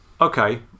Okay